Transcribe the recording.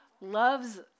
loves